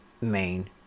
main